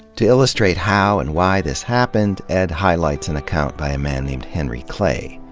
to illustrate how and why this happened, ed highlights an account by a man named henry clay,